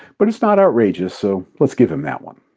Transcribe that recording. but it's not outrageous, so let's give him that one.